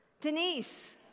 Denise